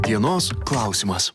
dienos klausimas